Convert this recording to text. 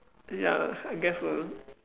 ya I guess so